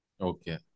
Okay